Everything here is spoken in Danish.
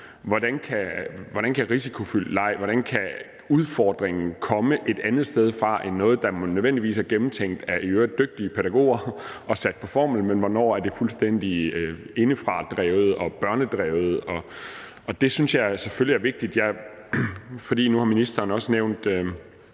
leg og udfordringen kan komme et andet sted fra, i stedet for at det nødvendigvis er noget, der er gennemtænkt af i øvrigt dygtige pædagoger og sat på formel – hvornår er det fuldstændig drevet indefra og børnedrevet? Det synes jeg selvfølgelig er vigtigt. Nu har ministeren også nævnt